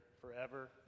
forever